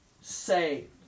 saved